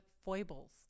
foibles